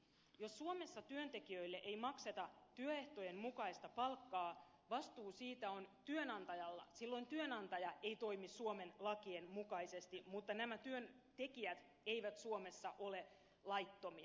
jos suomessa työntekijöille ei makseta työehtojen mukaista palkkaa vastuu siitä on työnantajalla silloin työnantaja ei toimi suomen lakien mukaisesti mutta nämä työntekijät eivät suomessa ole laittomia